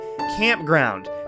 Campground